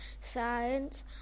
science